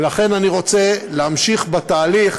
לכן אני רוצה להמשיך בתהליך